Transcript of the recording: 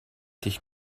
dich